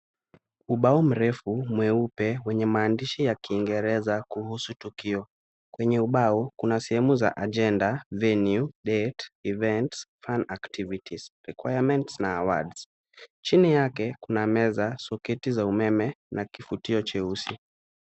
Ubao mrefu mweupe wenye maandishi ya kiingereza kuhusu tukio. Kwenye ubao, kuna sehemu za agenda venue date events fun activities requirements na awards chini yake kuna soketi za umeme na kifutio cheusi;